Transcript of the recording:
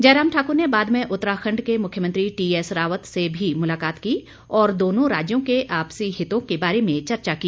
जयराम ठाकुर ने बाद में उत्तराखंड के मुख्यमंत्री टीएस रावत से भी मुलाकात की और दोनों राज्यों के आपसी हितों के बारे में चर्चा की